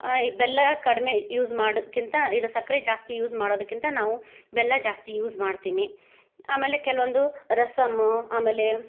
ಬೆಲ್ಲ ಕಡಿಮೆ ಯೂಸ್ ಮಾಡೋದಕ್ಕಿಂತ ಇದು ಸಕ್ಕರೆ ಜಾಸ್ತಿ ಯೂಸ್ ಮಾಡೋದಕ್ಕಿಂತ ನಾವು ಬೆಲ್ಲ ಜಾಸ್ತಿ ಯೂಸ್ ಮಾಡ್ತೀನಿ ಆಮೇಲೆ ಕೆಲವೊಂದು ರಸಮ್ಮು ಆಮೇಲೆ